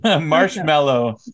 marshmallow